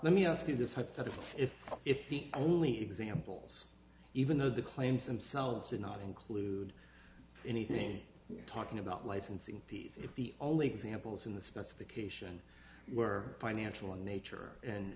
let me ask you this hypothetical if if the only examples even though the claims themselves did not include anything talking about licensing fees if the only examples in the specification were financial in nature and